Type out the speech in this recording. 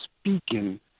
speaking